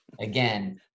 again